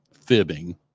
fibbing